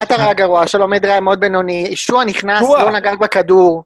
אתה רע גרוע, שלומד רע מאוד בנוני. יהושוע נכנס, לא נגע בכדור.